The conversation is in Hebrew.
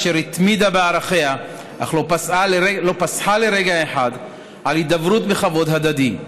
אשר התמידה בערכיה אך לא פסחה לרגע אחד על הידברות בכבוד ההדדי,